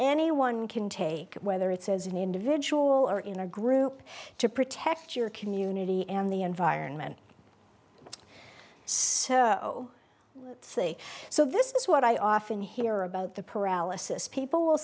anyone can take whether it's as an individual or in a group to protect your community and the environment so you see so this is what i often hear about the paralysis people will